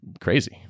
crazy